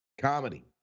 Comedy